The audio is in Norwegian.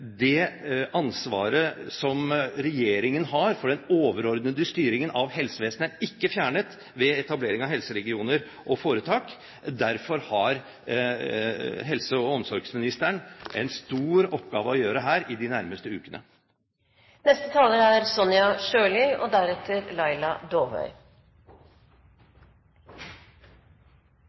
Det ansvaret som regjeringen har for den overordnede styringen av helsevesenet, er ikke fjernet ved etablering av helseregioner og foretak. Derfor har helse- og omsorgsministeren en stor oppgave å gjøre her i de nærmeste ukene. Som interpellanten har påpekt, er